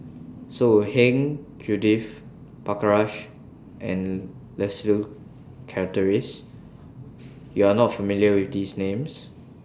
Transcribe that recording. So Heng Judith Prakash and Leslie Charteris YOU Are not familiar with These Names